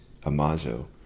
Amazo